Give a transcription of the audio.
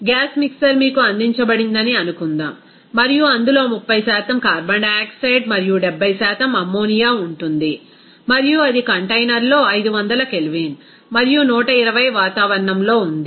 gas mixer మీకు అందించబడిందని అనుకుందాం మరియు అందులో 30 కార్బన్ డయాక్సైడ్ మరియు 70 అమ్మోనియా ఉంటుంది మరియు అది కంటైనర్లో 500 కెల్విన్ మరియు 120 వాతావరణంలో ఉంది